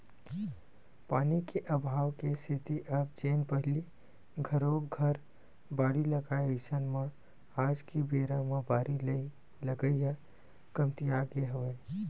पानी के अभाव के सेती अब जेन पहिली घरो घर बाड़ी लगाय अइसन म आज के बेरा म बारी लगई ह कमतियागे हवय